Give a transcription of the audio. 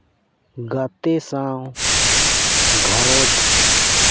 ᱜᱟᱛᱮ ᱥᱟᱶ ᱜᱷᱟᱨᱚᱸᱡᱽ